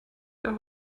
der